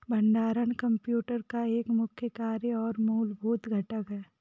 भंडारण कंप्यूटर का एक मुख्य कार्य और मूलभूत घटक है